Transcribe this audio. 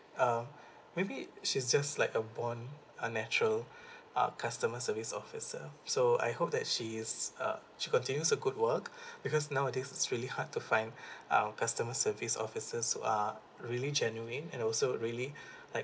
uh maybe she's just like a born a natural uh customer service officer so I hope that she is uh she continues a good work because nowadays it's really hard to find um customer service officers who are really genuine and also really like